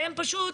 שהם פשוט,